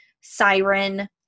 Siren